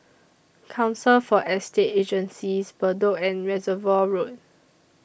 Council For Estate Agencies Bedok and Reservoir Road